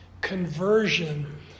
conversion